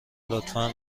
لطفا